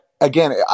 again